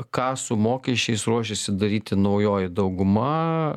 ką su mokesčiais ruošiasi daryti naujoji dauguma